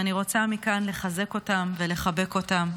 ואני רוצה מכאן לחזק אותם ולחבק אותם.